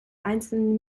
einzelnen